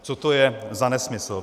Co to je za nesmysl?